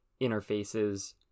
interfaces